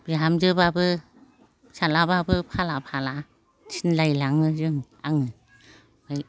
बिहामजोबाबो फिसाज्लाबाबो फाला फाला थिनलायलाङो आं